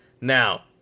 Now